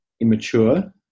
immature